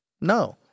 no